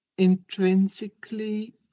intrinsically